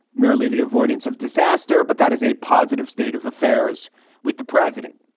merely the avoidance of disaster. but that is a positive state of affairs with the president.